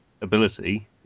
ability